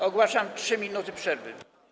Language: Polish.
Ogłaszam 3 minuty przerwy.